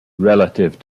relative